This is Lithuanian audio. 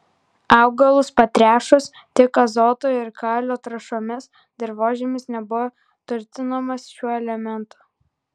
augalus patręšus tik azoto ir kalio trąšomis dirvožemis nebuvo turtinamas šiuo elementu